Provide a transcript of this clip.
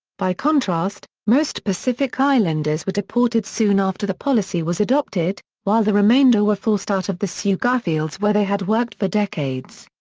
by contrast, most pacific islanders were deported soon after the policy was adopted, while the remainder were forced out of the so sugarfields where they had worked for decades.